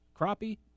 crappie